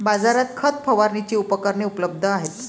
बाजारात खत फवारणीची उपकरणे उपलब्ध आहेत